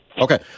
Okay